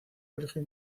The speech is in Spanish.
colegio